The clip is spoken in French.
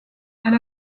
elle